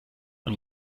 man